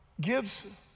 gives